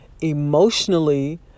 emotionally